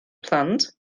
plant